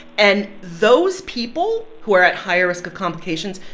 and those people who are at higher risk of complications,